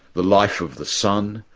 the life of the sun.